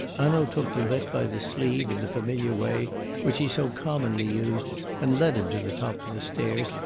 hanaud took durette by the sleeve in the familiar way which he so commonly used and led him to the top of the stairs,